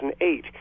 2008